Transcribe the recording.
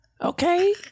Okay